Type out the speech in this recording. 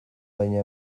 baina